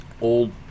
old